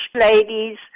ladies